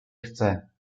chce